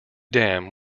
dam